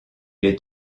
est